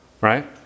right